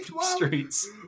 streets